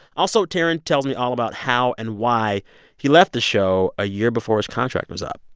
also, taran tells me all about how and why he left the show a year before his contract was um